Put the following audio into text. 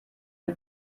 ein